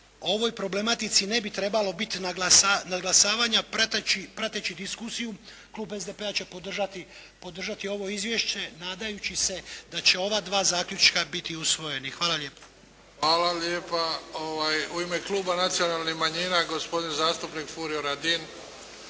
ovoj problematici ne bi trebalo biti naglasavanja. Prateći diskusiju Klub SDP-a će podržati ovo izvješće nadajući se da će ova dva zaključka biti usvojeni. Hvala lijepa. **Bebić, Luka (HDZ)** Hvala lijepa. U ime kluba nacionalnih manjina gospodin zastupnik Furio Radin.